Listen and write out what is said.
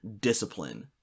discipline